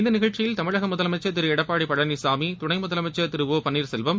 இந்த நிகழ்ச்சியில் தமிழக முதலமைச்சர் திரு எடப்பாடி பழனிசாமி துணை முதலமைச்சர் திரு ஒபன்னீர்செல்வம்